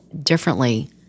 differently